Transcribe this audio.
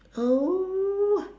oh